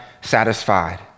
satisfied